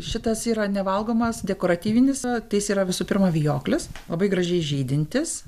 šitas yra nevalgomas dekoratyvinis tai jis yra visų pirma vijoklis labai gražiai žydintis